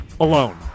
alone